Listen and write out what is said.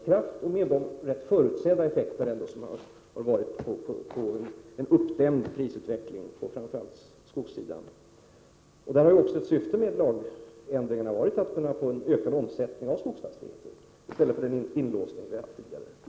Vad som hänt är att en uppdämd prisutveckling framför allt på skogssidan föranlett en väntad prisökning i samband med den nya lagens införande. Syftet med lagen var också att få en ökad omsättning av skogsfastigheter i stället för en inlåsning.